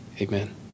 amen